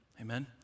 Amen